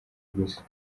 gusa